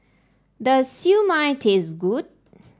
does Siew Mai taste good